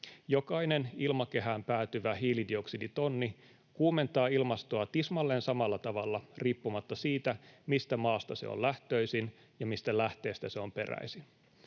Jokainen ilmakehään päätyvä hiilidioksiditonni kuumentaa ilmastoa tismalleen samalla tavalla riippumatta siitä, mistä maasta se on lähtöisin ja mistä lähteestä se on peräisin.